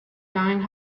dying